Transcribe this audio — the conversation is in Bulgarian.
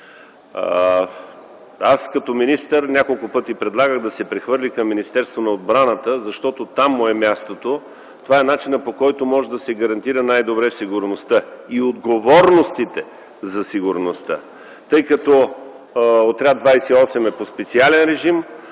Като министър няколко пъти предлагах да се прехвърли към Министерството на отбраната, защото там му е мястото – това е начинът, по който могат да се гарантират най-добре сигурността и отговорностите за сигурността! Отряд 28 е на специален режим.